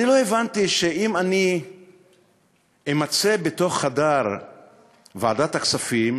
אני לא הבנתי שאם אני אמָצא בתוך חדר ועדת הכספים,